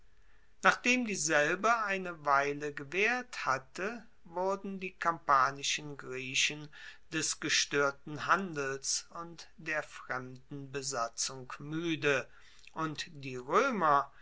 nachdem dieselbe eine weile gewaehrt hatte wurden die kampanischen griechen des gestoerten handels und der fremden besatzung muede und die roemer